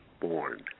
born